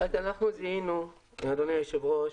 אדוני היושב-ראש,